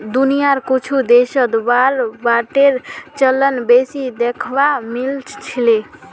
दुनियार कुछु देशत वार बांडेर चलन बेसी दखवा मिल छिले